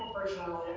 personality